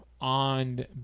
on